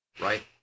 right